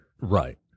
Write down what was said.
right